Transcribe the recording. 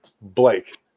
Blake